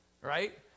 Right